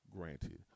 granted